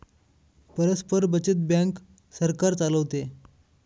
परस्पर बचत बँक सरकार चालवते